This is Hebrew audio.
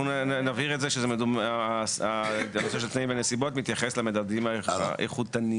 אנחנו נבהיר שהנושא של תנאים ונסיבות מתייחס למדדים האיכותניים.